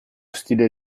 stile